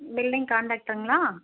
building கான்ட்ராக்டர்ங்களா